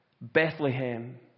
Bethlehem